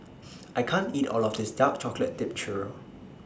I can't eat All of This Dark Chocolate Dipped Churro